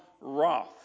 wrath